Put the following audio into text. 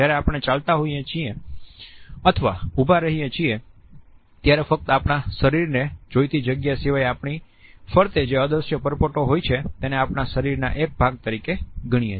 જ્યારે આપણે ચાલતા હોઇએ છીએ અથવા ઉભા રહીએ છીએ ત્યારે ફક્ત આપણા શરીરને જોઈતી જગ્યા સિવાય આપણી ફરતે જે અદ્રશ્ય પરપોટા હોય છે તેને આપણા શરીરના એક ભાગ તરીકે ગણીએ છીએ